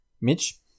Mitch